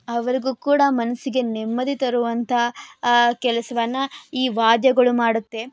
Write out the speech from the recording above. ಅವರಿಗು ಕೂಡ ಮನಸ್ಸಿಗೆ ನೆಮ್ಮದಿ ತರುವಂತಹ ಕೆಲ್ಸವನ್ನು ಈ ವಾದ್ಯಗಳು ಮಾಡುತ್ತೆ